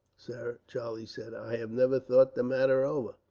sir, charlie said. i have never thought the matter over.